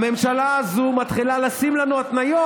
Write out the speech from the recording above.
הממשלה הזו מתחילה לשים לנו התניות.